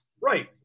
Right